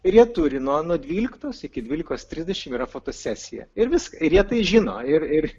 ir jie turi nuo nuo dvyliktos iki dvylikos trisdešimt yra fotosesija ir vis ir jie žino ir ir